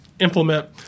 implement